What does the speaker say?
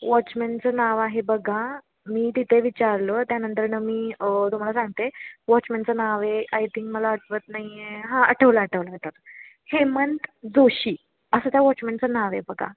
वॉचमॅनचं नाव आहे बघा मी तिथे विचारलं त्यानंतरनं मी तुम्हाला सांगते वॉचमनचं नाव आहे आय थिंक मला आठवत नाही आहे हां आठवलं आठवलं आठवलं हेमंंत जोशी असं त्या वॉचमनचं नाव आहे बघा